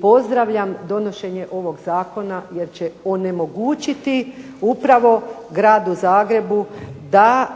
pozdravljam donošenje ovog zakona jer će onemogućiti upravo Gradu Zagrebu da